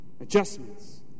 adjustments